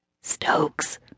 Stokes